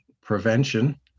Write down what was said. prevention